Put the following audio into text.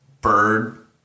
bird